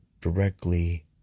directly